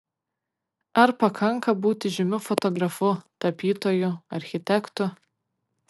ar pakanka būti žymiu fotografu tapytoju architektu